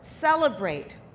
celebrate